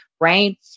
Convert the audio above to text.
right